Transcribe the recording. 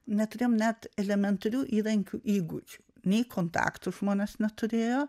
neturėjom net elementarių įrankių įgūdžių nei kontaktų žmonės neturėjo